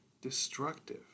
destructive